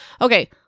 Okay